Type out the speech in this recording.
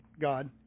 God